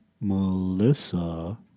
Melissa